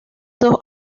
dos